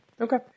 Okay